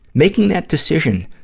making that decision,